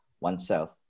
oneself